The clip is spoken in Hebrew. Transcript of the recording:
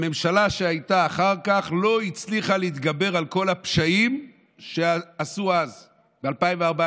הממשלה שהייתה אחר כך לא הצליחה להתגבר על כל הפשעים שעשו אז ב-2014,